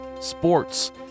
sports